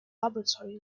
laboratory